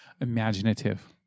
imaginative